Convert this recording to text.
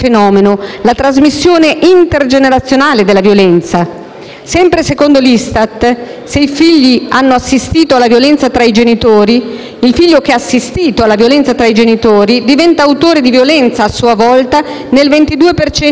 il figlio che ha assistito alla violenza tra i genitori diventa autore di violenza a sua volta nel 22 per cento dei casi e lo diventa nel 35,9 per cento dei casi se ha subito lui stesso, da piccolo, violenza fisica.